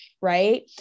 Right